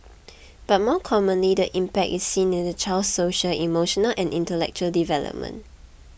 but more commonly the impact is seen in the child's social emotional and intellectual development